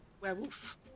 werewolf